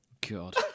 God